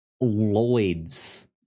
Lloyd's